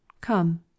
Come